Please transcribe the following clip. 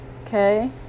Okay